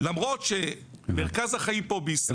למרות שמרכז החיים פה בישראל,